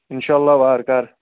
انشاء اللہ وارٕ کارٕ